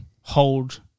hold